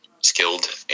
skilled